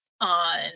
on